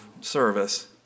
service